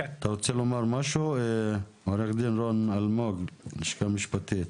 אתה רוצה לומר משהו עו"ד רון אלמוג, לשכה משפטית.